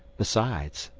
besides,